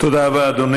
התחלת יפה.